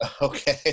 Okay